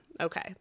Okay